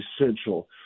essential